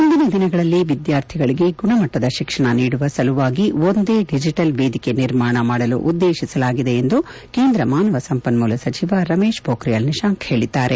ಮುಂದಿನ ದಿನಗಳಲ್ಲಿ ವಿದ್ನಾರ್ಥಿಗಳಿಗೆ ಗುಣಮಟ್ಟದ ಶಿಕ್ಷಣ ನೀಡುವ ಸಲುವಾಗಿ ಒಂದೇ ಡಿಜಿಟಲ್ ವೇದಿಕೆ ನಿರ್ಮಾಣ ಮಾಡಲು ಉದ್ಲೇಶಿಸಲಾಗಿದೆ ಎಂದು ಕೇಂದ್ರ ಮಾನವ ಸಂಪನ್ನೂಲ ಸಚಿವ ರಮೇಶ್ ಮೋಖ್ರಿಯಾಲ್ ನಿಶಾಂಕ್ ಹೇಳಿದ್ದಾರೆ